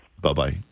Bye-bye